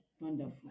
Wonderful